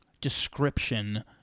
description